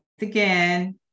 again